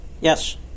Yes